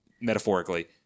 metaphorically